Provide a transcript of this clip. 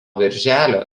birželio